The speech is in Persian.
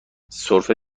سرفه